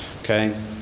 Okay